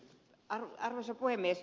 arvoisa puhemies